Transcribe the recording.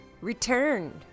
returned